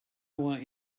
want